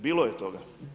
Bilo je toga.